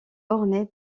orné